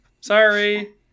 Sorry